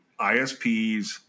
ISPs